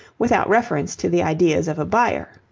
without reference to the ideas of a buyer.